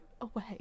away